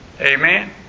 Amen